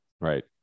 right